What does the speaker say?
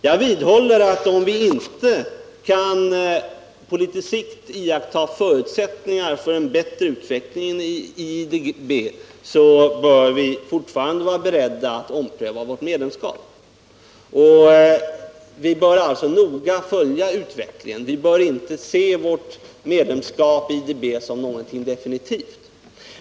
Jag vidhåller att om vi inte kan iaktta förutsättningar på sikt för en bättre utveckling inom IDB bör vi fortfarande vara beredda att ompröva vårt medlemskap. Vi bör noga följa utvecklingen och inte se vårt medlemskap i IDB som någonting definitivt.